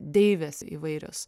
deivės įvairios